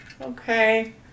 Okay